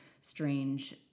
strange